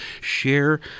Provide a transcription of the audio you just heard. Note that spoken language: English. share